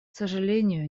сожалению